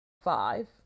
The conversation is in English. Five